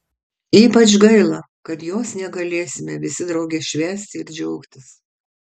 ypač gaila kad jos negalėsime visi drauge švęsti ir džiaugtis